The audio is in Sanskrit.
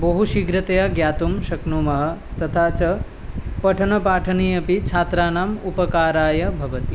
बहु शीघ्रतया ज्ञातुं शक्नुमः तथा च पठनपाठने अपि छात्राणाम् उपकाराय भवति